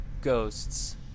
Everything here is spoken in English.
ghosts